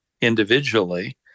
individually